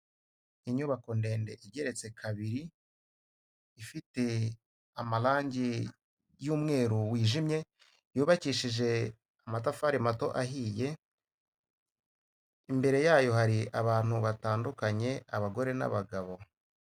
Inyubako ndende igeretse kabiri, ifite amarangi y'umweru wijimye, yubakishije amatafari mato ahiye, imbere yayo hari abantu batandukanye abagore n'abagabo.